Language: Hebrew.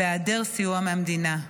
בהיעדר סיוע מהמדינה.